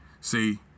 see